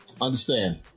Understand